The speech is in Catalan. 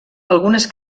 algunes